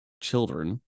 children